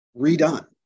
redone